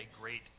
great